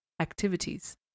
activities